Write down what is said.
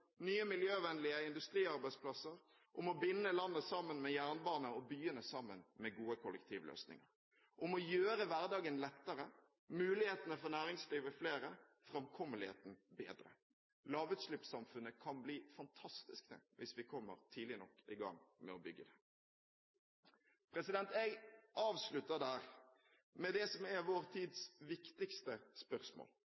nye miljøvennlige industriarbeidsplasser. Det handler om å binde landet sammen med jernbane og byene sammen med gode kollektivløsninger – om å gjøre hverdagen lettere, mulighetene for næringslivet flere og framkommeligheten bedre. Lavutslippssamfunnet kan bli fantastisk, det, hvis vi kommer tidlig nok i gang med å bygge det. Jeg avslutter der – med det som er vår